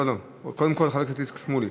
לא, לא, קודם כול חבר הכנסת איציק שמולי,